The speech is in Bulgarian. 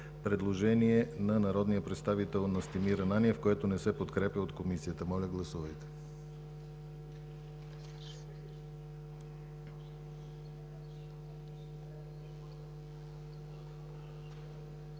предложение на народния представител Настимир Ананиев, което не се подкрепя от Комисията. Моля, гласувайте.